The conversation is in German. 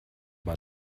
mal